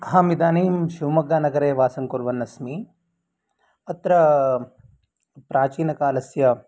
अहम् इदानीं शिवमोग्गानगरे वासं कुर्वन् अस्मि अत्र प्राचीनकालस्य